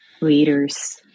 leaders